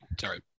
Sorry